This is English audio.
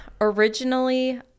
Originally